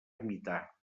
ermità